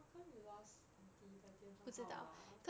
how come we lost aunty 的电话号码 ah